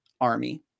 army